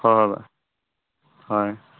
ꯍꯣꯏ ꯍꯣꯏ ꯚꯥꯏ ꯍꯣꯏ